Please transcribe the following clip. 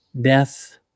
Death